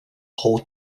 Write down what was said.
hole